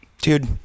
Dude